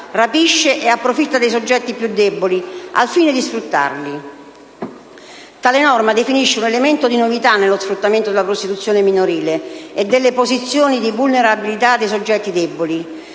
rapisce ed approfitta dei soggetti più deboli, al fine di sfruttarli. Tale norma definisce un elemento di novità nello sfruttamento della prostituzione minorile e delle posizioni di vulnerabilità dei soggetti deboli,